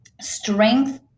Strength